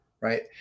right